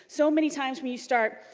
so many times when you start,